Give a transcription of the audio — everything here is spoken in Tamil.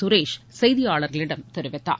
சுரேஷ் செய்தியாளர்களிடம் தெரிவித்தார்